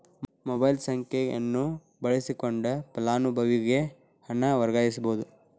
mobile ಸಂಖ್ಯೆಯನ್ನ ಬಳಸಕೊಂಡ ಫಲಾನುಭವಿಗೆ ಹಣನ ವರ್ಗಾಯಿಸಬೋದ್